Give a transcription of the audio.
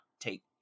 take